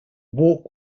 walk